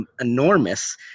enormous